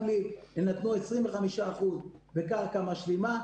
גם לי נתנו 25% בקרקע משלימה,